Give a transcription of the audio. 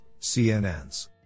CNNs